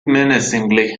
menacingly